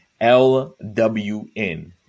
LWN